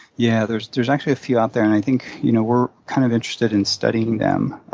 yeah, there's there's actually a few out there. and i think, you know, we're kind of interested in studying them.